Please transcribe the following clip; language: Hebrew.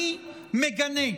אני מגנה.